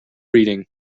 reading